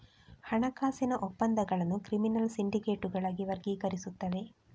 ಹಣಕಾಸಿನ ಒಪ್ಪಂದಗಳನ್ನು ಕ್ರಿಮಿನಲ್ ಸಿಂಡಿಕೇಟುಗಳಾಗಿ ವರ್ಗೀಕರಿಸುತ್ತವೆ